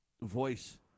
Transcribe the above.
voice